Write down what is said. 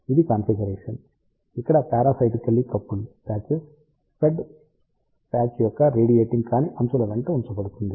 ఇది కాన్ఫిగరేషన్ ఇక్కడ parasitically coupled patches fed patch యొక్క రేడియేటింగ్ కాని అంచుల వెంట ఉంచబడుతుంది